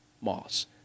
moss